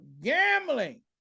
gambling